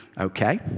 Okay